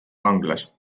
vanglas